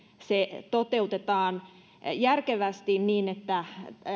se toteutetaan järkevästi niin että